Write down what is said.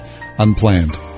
Unplanned